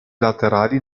laterali